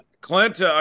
Clint